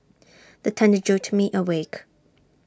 the thunder jolt me awake